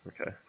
Okay